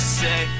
say